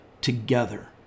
together